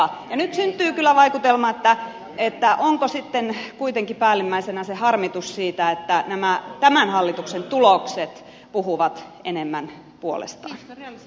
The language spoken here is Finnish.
nyt syntyy kyllä vaikutelma että onko kuitenkin päällimmäisenä se harmitus siitä että nämä tämän hallituksen tulokset puhuvat enemmän puolestaan